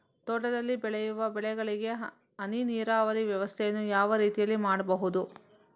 ತೋಟದಲ್ಲಿ ಬೆಳೆಯುವ ಬೆಳೆಗಳಿಗೆ ಹನಿ ನೀರಿನ ವ್ಯವಸ್ಥೆಯನ್ನು ಯಾವ ರೀತಿಯಲ್ಲಿ ಮಾಡ್ಬಹುದು?